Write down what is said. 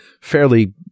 fairly